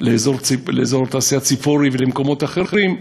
לאזור התעשייה ציפורי ולמקומות אחרים,